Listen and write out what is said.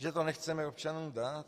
Že to nechceme občanům dát.